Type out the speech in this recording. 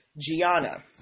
Gianna